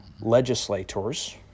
legislators